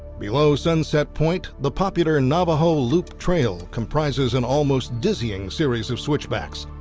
below sunset point, the popular and navajo loop trail comprises an almost dizzying series of switchbacks.